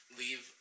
leave